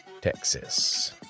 Texas